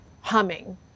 humming